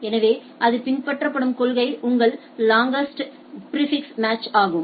எனவே அது பின்பற்றப்படும் கொள்கை உங்கள் லாங்அஸ்ட் பிாிஃபிக்ஸ் மேட்ச்ஆகும்